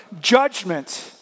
judgment